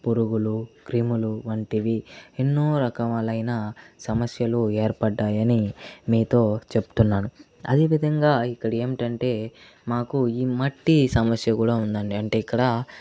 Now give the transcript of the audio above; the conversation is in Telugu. పురుగులు క్రిములు వంటివి ఎన్నో రకాలైన సమస్యలు ఏర్పడ్డాయని మీతో చెబుతున్నాను అదే విధంగా ఇక్కడ ఏమిటంటే మాకు ఈ మట్టి సమస్య కూడా ఉందండి ఇక్కడ